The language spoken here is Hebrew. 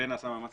ונעשה מאמץ